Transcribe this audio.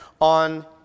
on